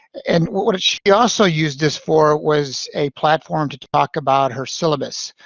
and what what she also used this for was a platform to talk about her syllabus.